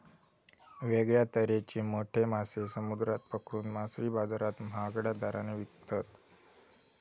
वेगळ्या तरेचे मोठे मासे समुद्रात पकडून मासळी बाजारात महागड्या दराने विकतत